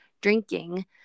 drinking